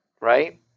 right